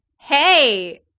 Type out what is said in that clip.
hey